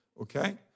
Okay